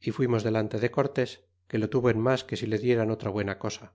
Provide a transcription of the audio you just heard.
y fuimos delante de cortés que lo tuvo en mas que si le dieran otra buena cosa